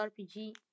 RPG